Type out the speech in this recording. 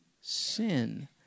sin